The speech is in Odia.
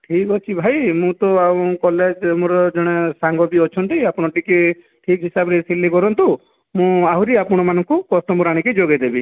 ଠିକ୍ ଅଛି ଭାଇ ମୁଁ ତ ଆଉ କଲେଜ୍ ମୋର ଜଣେ ସାଙ୍ଗ ବି ଅଛନ୍ତି ଆପଣ ଟିକିଏ ଠିକ୍ ହିସାବରେ ସିଲେଇ କରନ୍ତୁ ମୁଁ ଆହୁରି ଆପଣ ମାନଙ୍କୁ କଷ୍ଟମର୍ ଆଣିକି ଯୋଗାଇ ଦେବି